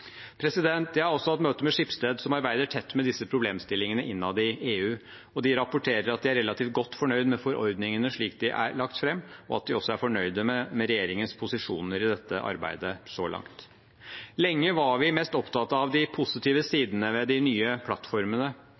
Jeg har hatt møte med Schibsted, som arbeider tett med disse problemstillingene innad i EU, og de rapporterer at de er relativt godt fornøyd med forordningene slik de er lagt fram, og at de også er fornøyd med regjeringens posisjoner i dette arbeidet så langt. Lenge var vi mest opptatt av de positive sidene ved de nye plattformene.